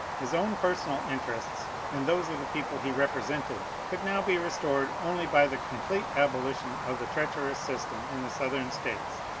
his own personal interests and those of the people he represented could now be restored only by the complete abolition of the treacherous system in the southern states,